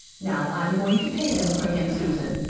now i'm going to pay them for him, susan.